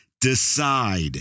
Decide